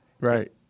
Right